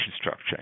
structure